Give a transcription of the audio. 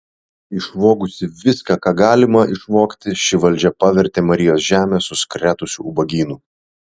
išvogusi viską ką galima išvogti ši valdžia pavertė marijos žemę suskretusiu ubagynu